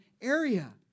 area